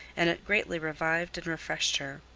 and it greatly revived and refreshed her.